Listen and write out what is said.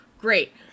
Great